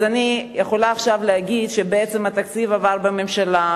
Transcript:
אני יכולה עכשיו להגיד שבעצם התקציב עבר בממשלה,